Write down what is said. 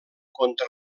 contra